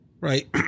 right